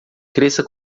cresça